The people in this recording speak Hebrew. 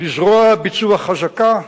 לזרוע ביצוע חזקה,